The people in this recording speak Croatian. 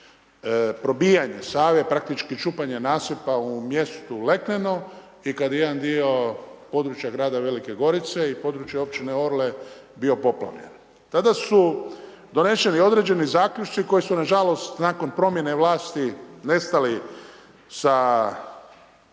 probijanje Save, praktički čupanje nasipa u mjestu Lekneno i kada je jedan dio područja grada Velike Gorice i područja općine Orle bio poplavljen. Tada su doneseni određeni zaključci, koji su nažalost, nakon promjene vlasti nestali sa